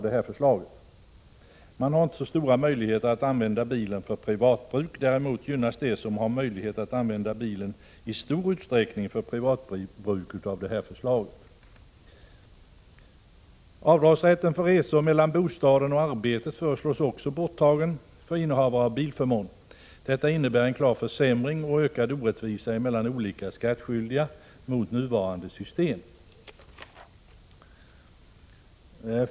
De har inte så stora möjligheter att använda bilen för privat bruk. Däremot gynnas de som har möjlighet att använda bilen i stor utsträckning för privat bruk. =» Också avdragsrätten för kostnader för resor mellan bostaden och arbetet föreslås borttagen för innehavare av bilförmån. Detta innebär en klar försämring och ökad orättvisa i beskattningen jämfört med nuvarande system.